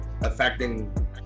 affecting